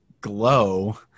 glow